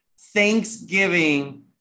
Thanksgiving